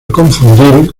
confundir